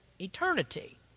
Eternity